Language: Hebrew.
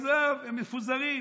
עזוב, הם מפוזרים,